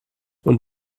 und